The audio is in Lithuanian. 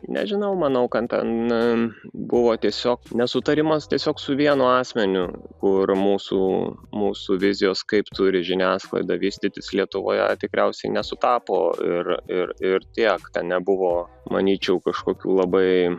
nežinau manau kad ten buvo tiesiog nesutarimas tiesiog su vienu asmeniu kur mūsų mūsų vizijos kaip turi žiniasklaida vystytis lietuvoje tikriausiai nesutapo ir ir ir tiek ten nebuvo manyčiau kažkokių labai